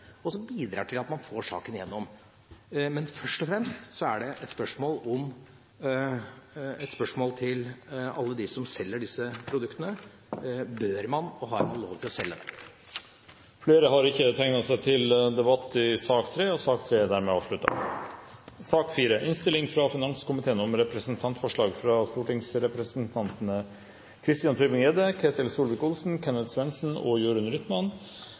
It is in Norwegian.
som bidrar til at man får saken gjennom. Men først og fremst er det et spørsmål til alle dem som selger disse produktene: Bør man og har man lov til å selge dem? Flere har ikke bedt om ordet til